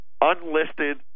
unlisted